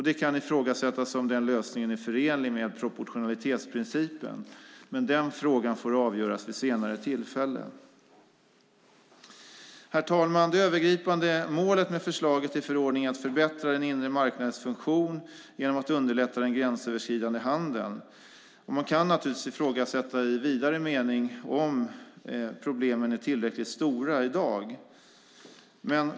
Det kan ifrågasättas om denna lösning är förenlig med proportionalitetsprincipen, men den frågan får avgöras vid ett senare tillfälle. Herr talman! Det övergripande målet med förslaget i förordningen är att förbättra den inre marknadens funktion genom att underlätta den gränsöverskridande handeln. Man kan naturligtvis i vidare mening ifrågasätta om problemen är tillräckligt stora i dag.